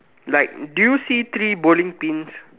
like do you see three bowling pins